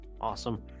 Awesome